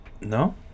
No